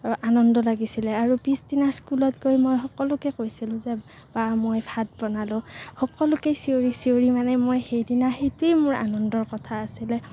আৰু আনন্দ লাগিছিলে আৰু পিছদিনা স্কুলত গৈ মই সকলোকে কৈছিলো যে বাহ মই ভাত বনালো সকলোকেই চিঞৰি চিঞৰি মানে মই সেইদিনা সেইটোৱে মোৰ আনন্দৰ কথা আছিলে